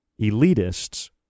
elitists